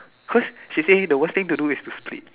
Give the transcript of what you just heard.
cause she say the worst thing to do is to split